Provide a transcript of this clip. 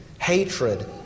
hatred